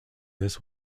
this